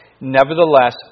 Nevertheless